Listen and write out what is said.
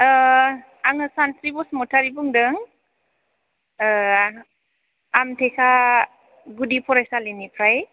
आङो सानस्रि बसुमथारि बुंदों आमथेखा गुदि फरायसालिनिफ्राय